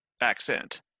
accent